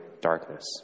darkness